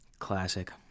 Classic